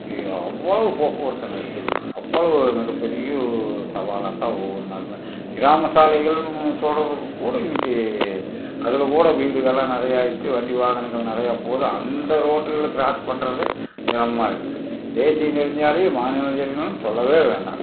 இ அவ்வளோ போக்குவரத்து நெரிசல் இருக்குது அவ்வளவு மிகப்பெரிய ஒரு சவாலாக தான் ஒவ்வொரு நாளுமே கிராம சாலைகள்னு சொல்கிறதுக்கூட இன்னைக்கு அதில் கூட வீடுகள்லாம் நிறையா ஆகிருச்சு வண்டி வாகனங்கள் நிறையா போகுது அந்த ரோட்டுகளை க்ராஸ் பண்ணுறதே சிரமமாக இருக்குது தேசிய நெடுஞ்சாலை மாநில நெடுஞ்சாலையினு சொல்லவே வேண்டாம்